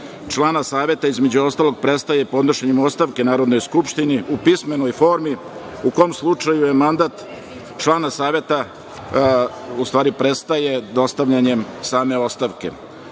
člana Saveta između ostalog prestaje podnošenjem ostavke Narodnoj skupštini u pismenoj formi, u kom slučaju mandat člana Saveta u stvari prestaje dostavljanjem same